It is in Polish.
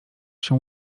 się